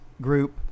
group